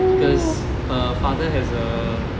because her father has